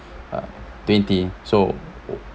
uh twenty so